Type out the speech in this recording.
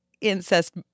incest